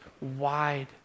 wide